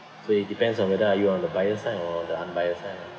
so it depends on whether are you on the biased side or the unbiased side